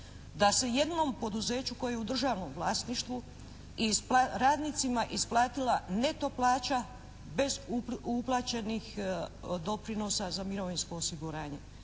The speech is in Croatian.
da se jednom poduzeću koje je u državnom vlasništvu radnicima isplatila neto plaća bez uplaćenih doprinosa za mirovinsko osiguranje,